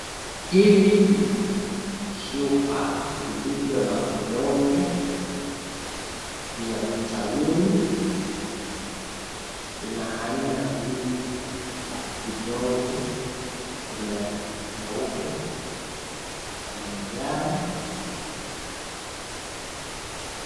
Hizi ni chupa zilizo na vidonge vya vitamini. Ina aina mingi za vidonge. Kuna nyeupe, kuna ya manjano